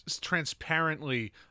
transparently